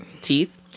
teeth